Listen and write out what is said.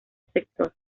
sector